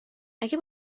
اگه